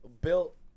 built